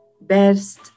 best